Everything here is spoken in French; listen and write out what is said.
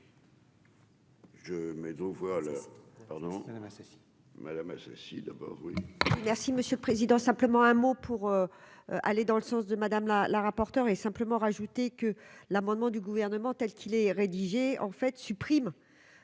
Madame Assassi Madame Assassi d'abord. Merci Monsieur le Président, simplement un mot pour aller dans le sens de madame la rapporteure et simplement rajouter que l'amendement du gouvernement telle qu'il est rédigé en fait supprime